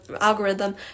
algorithm